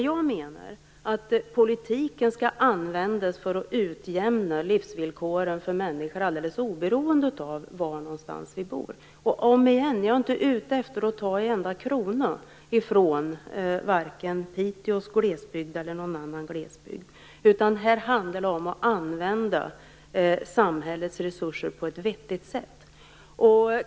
Jag menar att politiken skall användas för att utjämna livsvillkoren för människor, alldeles oberoende av var någonstans de bor. Än en gång: Jag är inte ute efter att ta en enda krona från vare sig glesbygden i Piteå eller någon annan glesbygd. Här handlar det om att använda samhällets resurser på ett vettigt sätt.